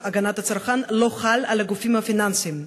הגנת הצרכן לא חל על הגופים הפיננסיים,